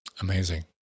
Amazing